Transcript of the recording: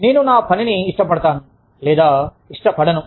నేను నా పనిని ఇష్టపడతాను లేదా ఇష్టపడను